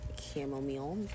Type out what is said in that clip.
chamomile